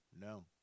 No